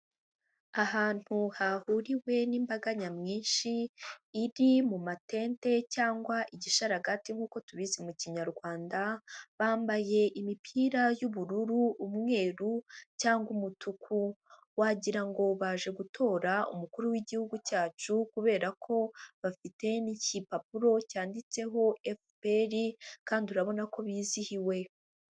Ahantu hahuriwe n'imbaga nyamwinshi iri mu matente cyangwa igishararagati nk'uko tubizi mu kinyarwanda, bambaye imipira y'ubururu, umweru, cyangwa umutuku. Wagira ngo baje gutora umukuru w'igihugu cyacu kubera ko bafite n'igipapuro cyanditseho FPR kandi urabona ko bizihiwe.